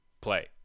Play